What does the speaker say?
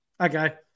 Okay